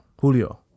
Julio